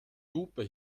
lupe